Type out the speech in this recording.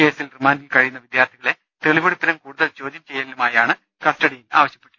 കേസിൽ റിമാൻഡിൽ കഴിയുന്ന വിദ്യാർത്ഥികളെ തെളിവെടുപ്പിനും കൂടുതൽ ചോദ്യചെയ്യലിനുമായാണ് കസ്റ്റഡിയിൽ ആവശ്യപ്പെട്ടിരിക്കുന്നത്